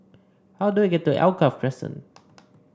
how do I get to Alkaff Crescent